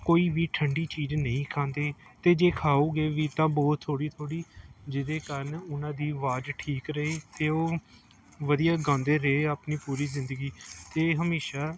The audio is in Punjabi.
ਕੋਈ ਵੀ ਠੰਡੀ ਚੀਜ਼ ਨਹੀਂ ਖਾਂਦੇ ਅਤੇ ਜੇ ਖਾਉਗੇ ਵੀ ਤਾਂ ਬਹੁਤ ਥੋੜ੍ਹੀ ਥੋੜ੍ਹੀ ਜਿਹਦੇ ਕਾਰਨ ਉਹਨਾਂ ਦੀ ਆਵਾਜ਼ ਠੀਕ ਰਹੇ ਅਤੇ ਉਹ ਵਧੀਆ ਗਾਉਂਦੇ ਰਹੇ ਆਪਣੀ ਪੂਰੀ ਜ਼ਿੰਦਗੀ ਅਤੇ ਹਮੇਸ਼ਾਂ